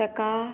ताका